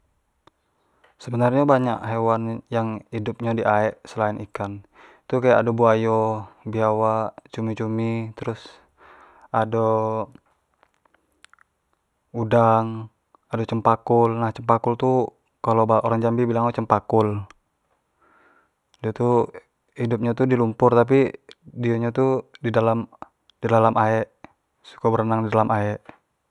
sebenarnyo banyak hewan yang hidup di aek selain ikan, tu kek ado buayo, biawak, cumi-cumi, terus ado udang, ado cempakul, nah cempakul tu kalo orang jambi bilang tu cempakul, dio tu hidup dio tu lumpur tapi dio nyo tu di dalam-di dalam aek, suko berenang di dalam aek.